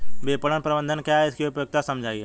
विपणन प्रबंधन क्या है इसकी उपयोगिता समझाइए?